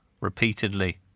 repeatedly